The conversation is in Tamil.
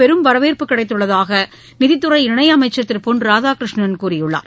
மத்தியஅரசின் வரவேற்பு கிடைத்துள்ளதாகநிதித்துறை இணையமைச்சர் திருபொன் ராதாகிருஷ்ணன் கூறியுள்ளார்